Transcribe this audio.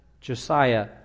Josiah